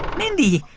mindy,